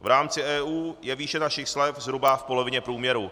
V rámci EU je výše našich slev zhruba v polovině průměru.